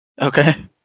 Okay